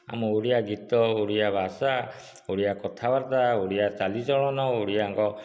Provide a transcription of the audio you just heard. ଆମ ଓଡ଼ିଆ ଗୀତ ଓଡ଼ିଆ ଭାଷା ଓଡ଼ିଆ କଥାବାର୍ତ୍ତା ଓଡ଼ିଆ ଚାଲିଚଳନ ଓଡ଼ିଆଙ୍କ